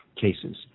cases